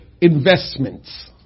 investments